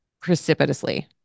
precipitously